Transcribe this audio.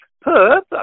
Perth